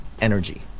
energy